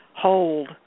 hold